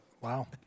Wow